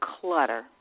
clutter